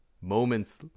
moments